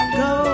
go